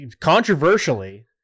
controversially